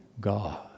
God